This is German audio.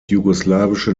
jugoslawische